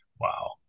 Wow